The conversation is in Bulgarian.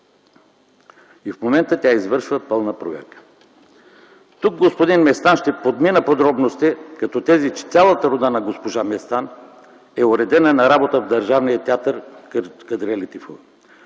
В момента тя извършва пълна проверка. Господин Местан, тук ще подмина подробности като тези, че цялата рода на госпожа Местан е уредена на работа в Държавния театър „Кадрие Лятифова”,